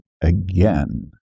again